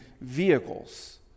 vehicles